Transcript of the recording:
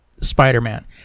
Spider-Man